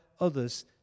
others